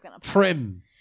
Trim